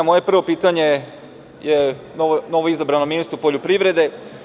Moje prvo pitanje je novoizabranom ministru poljoprivrede.